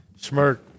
Smirk